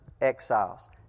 exiles